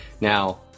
Now